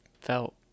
felt